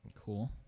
Cool